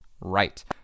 right